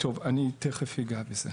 את זה.